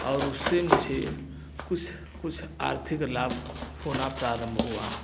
और उससे मुझे कुछ कुछ आर्थिक लाभ होना प्रारंभ हुआ